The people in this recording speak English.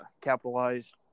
capitalized